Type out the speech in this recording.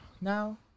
now